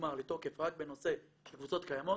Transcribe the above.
שנגמר לתוקף רק בנושא של קבוצות קיימות,